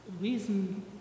reason